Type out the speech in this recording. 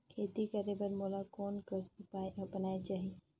खेती करे बर मोला कोन कस उपाय अपनाये चाही?